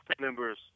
members